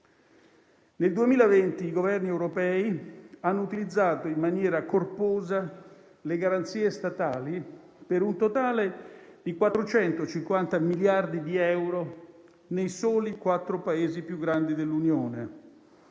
Nel 2020 i Governi europei hanno utilizzato in maniera corposa le garanzie statali per un totale di 450 miliardi di euro nei soli quattro Paesi più grandi dell'Unione.